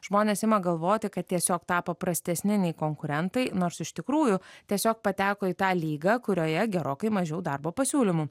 žmonės ima galvoti kad tiesiog tapo prastesni nei konkurentai nors iš tikrųjų tiesiog pateko į tą lygą kurioje gerokai mažiau darbo pasiūlymų